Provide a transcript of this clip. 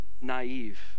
naive